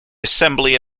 assembly